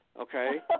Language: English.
okay